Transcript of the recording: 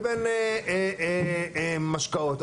לבין משקאות.